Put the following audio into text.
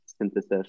synthesis